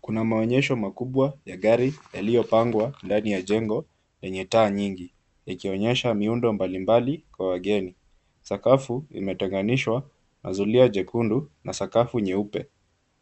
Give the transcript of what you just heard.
Kuna maonyesho makubwa ya gari yaliyopangwa ndani ya jengo lenye taa nyingi likionyesha miundo mbalimbali kwa wageni. Sakafu imetenganishwa na zulia jekundu na sakafu nyeupe